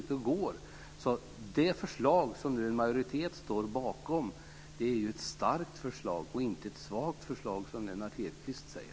Men det förslag som en majoritet nu står bakom är ett starkt förslag, inte ett svagt förslag som Lennart Hedquist säger.